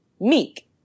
Meek